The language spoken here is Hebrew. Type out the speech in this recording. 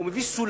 הוא מביא סולם,